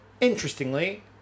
Interestingly